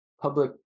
public